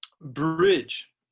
bridge